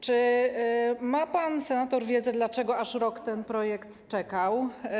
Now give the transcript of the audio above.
Czy ma pan senator wiedzę, dlaczego aż rok ten projekt czekał?